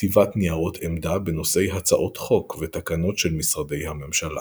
כתיבת ניירות עמדה בנושאי הצעות חוק ותקנות של משרדי הממשלה.